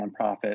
nonprofit